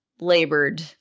labored